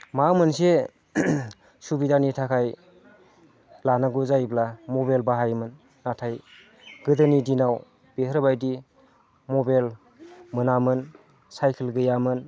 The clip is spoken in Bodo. माबा मोनसे सुबिदानि थाखाय लानांगौ जायोब्ला मबाइल बाहायोमोन नाथाय गोदोनि दिनाव बेफोरबायदि मबाइल मोनामोन साइखेल गैयामोन